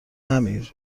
نمیر